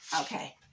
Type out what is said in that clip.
Okay